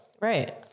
Right